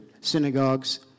synagogues